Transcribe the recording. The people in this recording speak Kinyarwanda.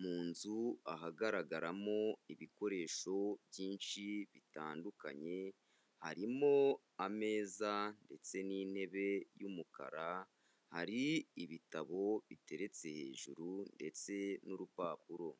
mu nzu ahagaragaramo ibikoresho byinshi bitandukanye, harimo ameza ndetse n'intebe y'umukara, hari ibitabo biteretse hejuru ndetse n'urupapuro.